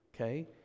Okay